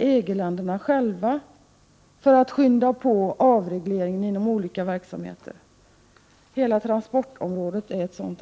EG-länderna själva — för att påskynda avregleringen inom olika verksamhetsområden. Hela transportområdet är exempel på det.